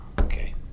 okay